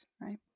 Right